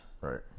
Right